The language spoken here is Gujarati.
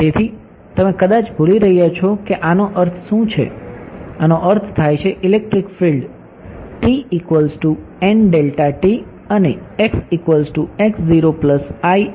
તેથી તમે કદાચ ભૂલી રહ્યા છો કે આનો અર્થ શું છે આનો અર્થ થાય છે ઇલેક્ટ્રિક ફિલ્ડ અને માટે